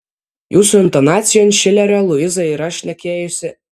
jūsų intonacijom šilerio luiza yra šnekėjusi